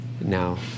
now